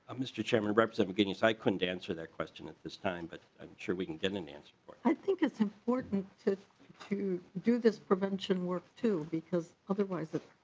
mister chairman reps of of getting site could and answer that question at this time but i'm sure we can get in. and but i think it's important to to do this prevention work too because otherwise the.